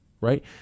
right